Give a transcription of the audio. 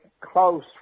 close